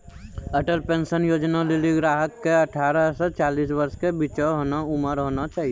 Atal pension योजना लेली ग्राहक के अठारह से चालीस वर्ष के बीचो उमर होना चाहियो